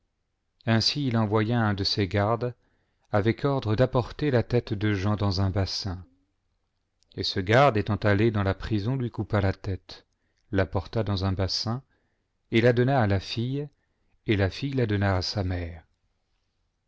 ainsi il envoya un de ses gardes avec ordre d'apporter la tête de jean dans un bassin et ce garde étant allé dans la prison lui coupa la tête la porta dans un bassin et la donna à la file et la fille la donna à sa mère